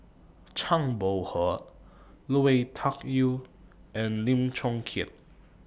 Zhang Bohe Lui Tuck Yew and Lim Chong Keat